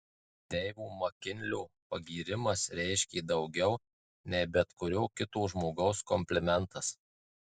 deivo makinlio pagyrimas reiškė daugiau nei bet kurio kito žmogaus komplimentas